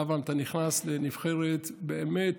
אברהם, אתה נכנס לנבחרת באמת